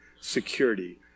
security